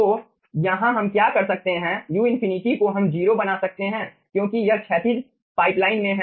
तो यहाँ हम क्या कर सकते हैं u∞ को हम 0 बना सकते हैं क्योंकि यह क्षैतिज पाइपलाइन में है